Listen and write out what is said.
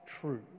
true